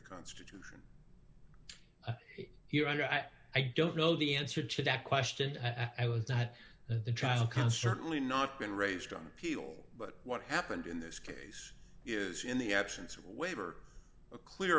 constitution here i am i don't know the answer to that question i was that the trial can certainly not been raised on appeal but what happened in this case is in the absence waiver a clear